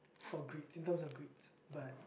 for grades in terms of grades but